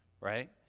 right